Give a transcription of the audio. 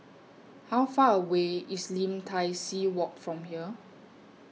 How Far away IS Lim Tai See Walk from here